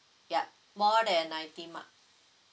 yup more than ninety mark